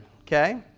okay